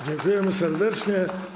Dziękujemy serdecznie.